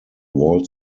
wall